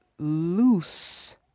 loose